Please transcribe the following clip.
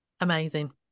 amazing